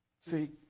See